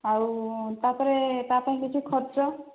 ଆଉ ତା'ପରେ ତା ପାଇଁ କିଛି ଖର୍ଚ୍ଚ